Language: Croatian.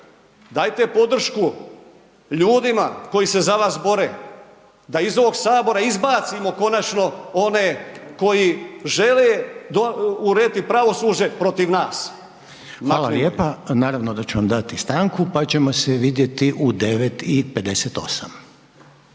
Dajte podršku ljudima koji se za vas bore, da iz ovog sabora izbacimo konačno one koji žele urediti pravosuđe protiv nas. **Reiner, Željko (HDZ)** Hvala lijepa. Naravno da ću vam dati stanku pa ćemo se vidjeti u 9 i 58.